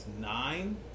nine